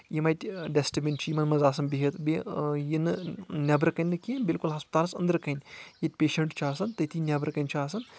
یِم اَتہِ ڈیسٹبیٖن چھِ یِمَن منٛز آسان بِہِتھ بیٚیہِ یہِ نہٕ نؠبرٕ کَنہِ نہٕ کینٛہہ بِلکُل ہسپتالس أنٛدرٕ کَنۍ ییٚتہِ پیشَنٹ چھُ آسان تٔتی نؠبرٕ کَنہِ چھُ آسان